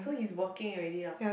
working already lah